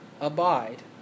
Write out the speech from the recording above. abide